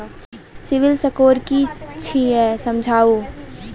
Civil score कि छियै समझाऊ?